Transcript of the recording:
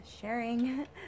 sharing